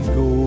go